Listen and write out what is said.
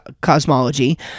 cosmology